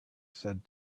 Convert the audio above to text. said